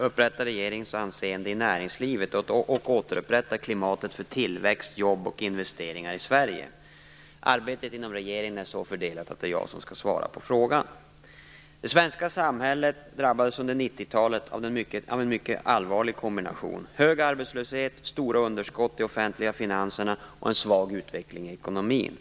upprätta regeringens anseende i näringslivet och återupprätta klimatet för tillväxt, jobb och investeringar i Sverige. Arbetet inom regeringen är så fördelat att det är jag som skall svara på frågan. Det svenska samhället drabbades under 1990-talet av den mycket allvarliga kombinationen av hög arbetslöshet, stora underskott i de offentliga finanserna och en svag utveckling i ekonomin.